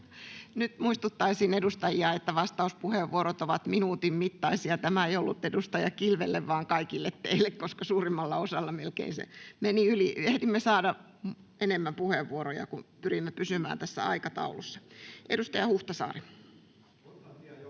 Nyt muistuttaisin edustajia, että vastauspuheenvuorot ovat minuutin mittaisia. Tämä ei ollut edustaja Kilvelle vaan kaikille teille, koska melkein suurimmalla osalla se meni yli. Ehdimme saada enemmän puheenvuoroja, kun pyrimme pysymään tässä aikataulussa. — Edustaja Huhtasaari.